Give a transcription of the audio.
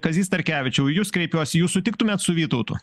kazy starkevičiau į jus kreipiuosi jūs sutiktumėt su vytautu